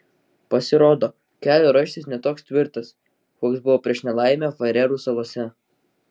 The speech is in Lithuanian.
pasirodo kelio raištis ne toks tvirtas koks buvo prieš nelaimę farerų salose